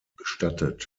bestattet